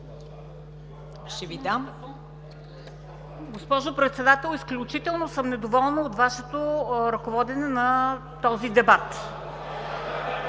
(ГЕРБ): Госпожо Председател, изключително съм недоволна от Вашето ръководене на този дебат!